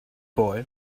boy